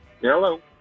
Hello